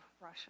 Russia